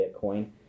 Bitcoin